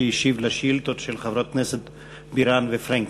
שהשיב על שאילתות של חברות הכנסת בירן ופרנקל.